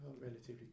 relatively